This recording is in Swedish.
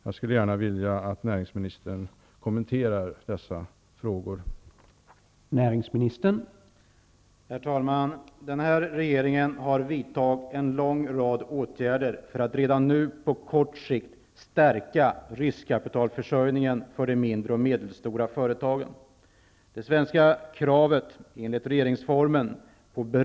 Jag skulle gärna vilja att näringsministern kommenterar dessa frågor.